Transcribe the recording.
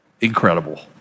incredible